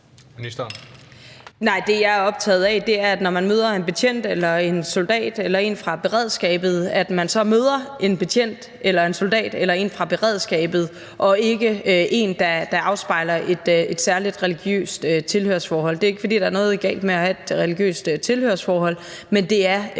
Nej, det, jeg er optaget af, er, at man, når man møder en betjent, en soldat eller en fra beredskabet, så møder en betjent, en soldat eller en fra beredskabet og ikke en, der afspejler et særligt religiøst tilhørsforhold. Det er ikke, fordi der er noget galt med at have et religiøst tilhørsforhold, men det er